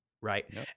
right